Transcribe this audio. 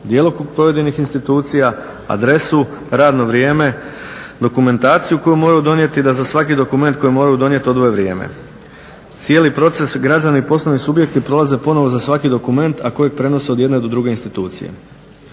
djelokrug pojedinih institucija, adresu, radno vrijeme, dokumentaciju koju moraju donijeti, da za svaki dokument koji moraju donijeti odvoje vrijeme. Cijeli proces građani i poslovni subjekti prolaze ponovo za svaki dokument, a koji prenose od jedne do druge institucije.